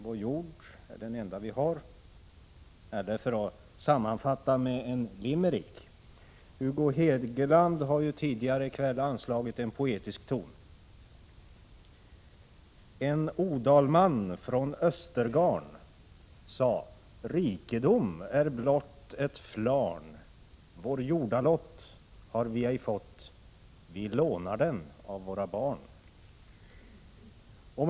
Vår jord är den enda vi har, eller för att sammanfatta med en limerick — Hugo Hegeland har ju tidigare i kväll anslagit en poetisk ton: En odalman från Östergarn sa”: Rikedom är blott ett flarn. Vår jordalott har vi ej fått. Vi lånar den av våra barn. Herr talman!